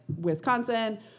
Wisconsin